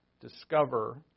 Discover